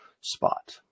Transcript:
spot